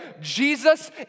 Jesus